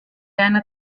einer